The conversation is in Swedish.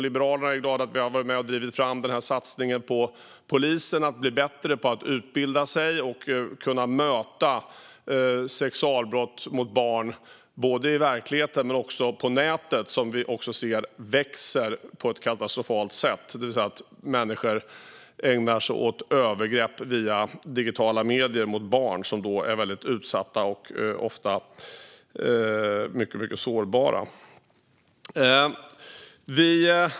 Liberalerna är glada över att ha varit med och drivit fram satsningen på att polisen ska bli bättre på att utbilda sig och möta sexualbrott mot barn, både i verkligheten och på nätet där det ökar på ett katastrofalt sätt. Människor begår via digitala medier övergrepp på barn, som är väldigt utsatta och ofta mycket sårbara.